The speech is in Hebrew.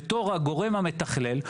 בתור הגורם המתכלל,